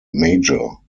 major